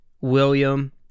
william